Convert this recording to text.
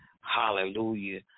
hallelujah